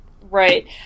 Right